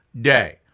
day